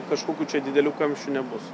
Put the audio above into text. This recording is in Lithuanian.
kažkokių čia didelių kamščių nebus